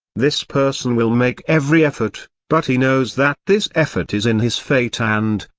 this person will make every effort, but he knows that this effort is in his fate and,